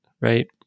right